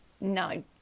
No